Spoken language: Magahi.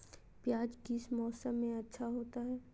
प्याज किस मौसम में अच्छा होता है?